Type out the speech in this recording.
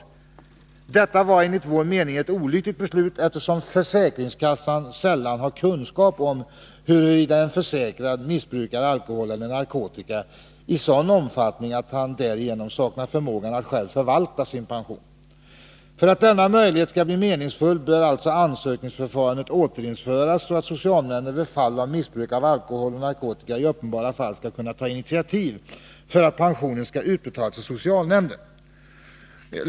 brukare Detta var enligt vår mening ett olyckligt beslut, eftersom försäkringskassan sällan har kunskap om huruvida en försäkrad missbrukar alkohol eller narkotika i sådan omfattning att han därigenom saknar förmåga att själv förvalta sin pension. För att denna möjlighet skall bli meningsfull bör alltså ansökningsförfarandet återinföras, så att socialnämnden när det gäller missbruk av alkohol och narkotika i uppenbara fall skall kunna ta initiativ till att pensionen utbetalas till socialnämnden.